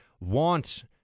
want